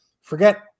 Forget